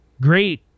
great